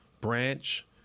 Branch